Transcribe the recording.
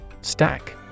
Stack